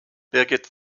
birgit